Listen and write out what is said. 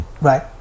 Right